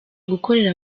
gukorera